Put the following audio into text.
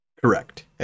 Correct